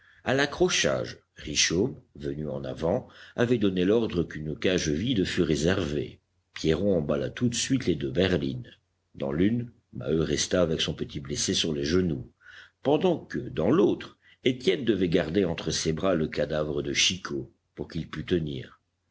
a l'accrochage richomme venu en avant avait donné l'ordre qu'une cage vide fût réservée pierron emballa tout de suite les deux berlines dans l'une maheu resta avec son petit blessé sur les genoux pendant que dans l'autre étienne devait garder entre ses bras le cadavre de chicot pour qu'il pût tenir